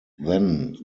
then